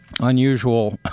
unusual